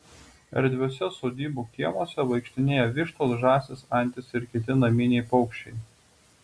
erdviuose sodybų kiemuose vaikštinėja vištos žąsys antys ir kiti naminiai paukščiai